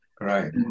Right